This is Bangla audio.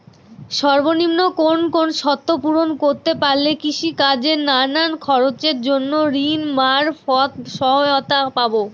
সর্বনিম্ন কোন কোন শর্ত পূরণ করতে পারলে কৃষিকাজের নানান খরচের জন্য ঋণ মারফত সহায়তা পাব?